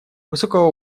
высокого